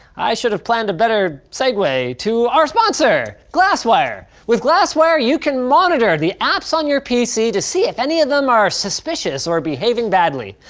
i should've planned a better segue to our sponsor, glasswire. with glasswire, you can monitor the apps on your pc to see if any of them are suspicious or behaving badly.